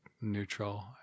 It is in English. neutral